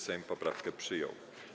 Sejm poprawki przyjął.